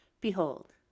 Behold